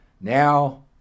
now